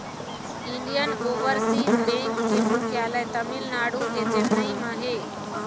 Indian overseas bank के मुख्यालय तमिलनाडु के चेन्नई म हे